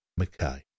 McKay